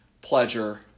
Pleasure